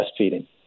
breastfeeding